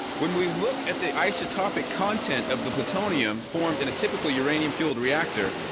when we look at the isotopic content of the plutonium formed in a typical uranium-fueled reactor,